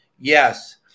Yes